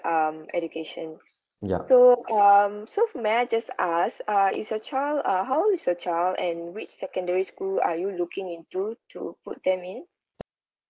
um education so um so may I just ask uh is your child uh how old is your child and which secondary school are you looking into to put them in